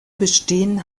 bestehen